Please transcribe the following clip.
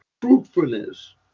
truthfulness